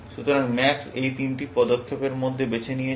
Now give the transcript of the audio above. সুতরাং ম্যাক্স এই তিনটি পদক্ষেপের মধ্যে বেছে নিয়েছে